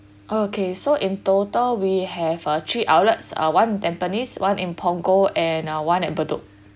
oh okay so in total we have uh three outlets uh one in tampines one in punggol and one at bedok